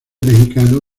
mexicano